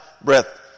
breath